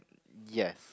ya